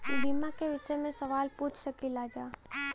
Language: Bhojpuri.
बीमा के विषय मे सवाल पूछ सकीलाजा?